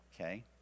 Okay